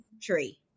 tree